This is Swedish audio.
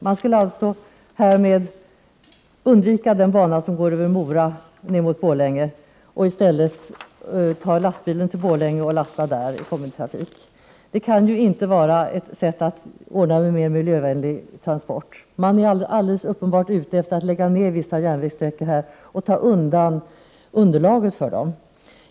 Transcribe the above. De skulle alltså härmed undvika den bana som går över Mora ner mot Borlänge och i stället ta lastbil till Borlänge och lasta där i kombitrafik. Det kan inte vara ett sätt att ordna mer miljövänliga transporter. SJ är uppenbart ute efter att lägga ner vissa järnvägssträckor och ta undan underlaget för dem.